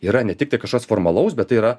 yra ne tiktai kažkas formalaus bet tai yra